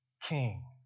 king